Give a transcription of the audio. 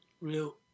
real